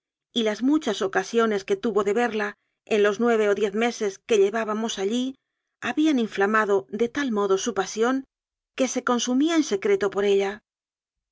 y las muchas ocasiones que tuvo de verla en los nueve o diez meses que llevábamos allí habían inflamado de tal modo su pasión que se consumía en secre to por ella